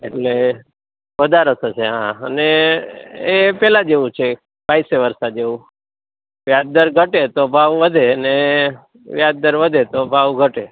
એટલે વધારે થશે હા અને એ પેલા જેવું છે વાઇસે વરસા જેવું વ્યાજ દર ઘટે તો ભાવ વધે ને વ્યાજ દર વધે તો ભાવ ઘટે